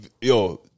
Yo